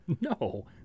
No